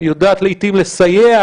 יודעת לעיתים לסייע,